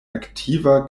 aktiva